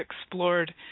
explored